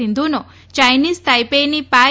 સિંધુનો યાઇનીઝ તાઇપેઇની પાઇ